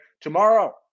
Tomorrow